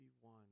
one